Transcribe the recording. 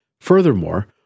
Furthermore